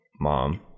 Mom